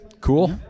cool